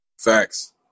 Facts